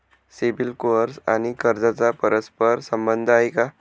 CIBIL score आणि कर्जाचा परस्पर संबंध आहे का?